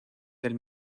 del